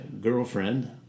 girlfriend